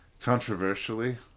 Controversially